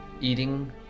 eating